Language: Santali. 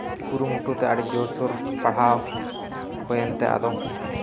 ᱠᱩᱨᱩᱢᱩᱴᱩᱛᱮ ᱟᱹᱰᱤ ᱡᱳᱨᱥᱳᱨ ᱯᱟᱲᱦᱟᱣ ᱦᱳᱭᱮᱱᱛᱮ ᱟᱫᱚ